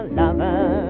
lover